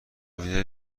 وینر